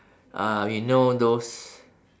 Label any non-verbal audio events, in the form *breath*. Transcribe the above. *breath* um you know those